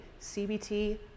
CBT